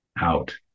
out